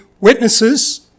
witnesses